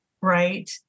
right